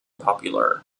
popular